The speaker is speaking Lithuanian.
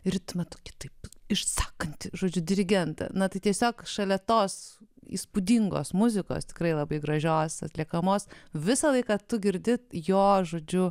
ir tuo metu kitaip išsakant žodžiu dirigentą na tai tiesiog šalia tos įspūdingos muzikos tikrai labai gražios atliekamos visą laiką tu girdi jo žodžiu